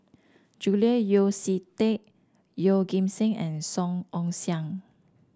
Julian Yeo See Teck Yeoh Ghim Seng and Song Ong Siang